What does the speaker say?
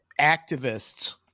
activists